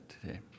today